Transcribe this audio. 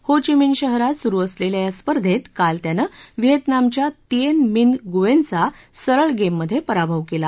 हो Chi Minh शहरात सुरु असलेल्या या स्पर्धेत काल त्याने व्हिएतनामच्या तिएन मिन्ह गुएनचा सरळ गेममधे पराभव केला